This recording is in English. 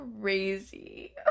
crazy